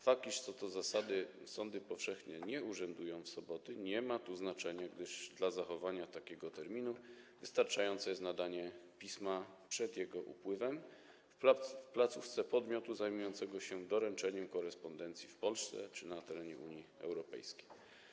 Fakt, iż co do zasady sądy powszechne nie urzędują w soboty, nie ma tu znaczenia, gdyż dla zachowania takiego terminu wystarczające jest nadanie pisma przed jego upływem w placówce podmiotu zajmującego się doręczaniem korespondencji w Polsce czy na terenie Unii Europejskiej.